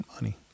money